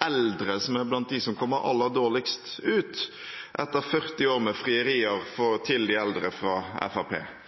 eldre som er blant dem som kommer aller dårligst ut, etter 40 år med frierier til de eldre fra Fremskrittspartiet.